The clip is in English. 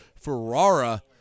Ferrara